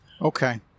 okay